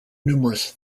numerous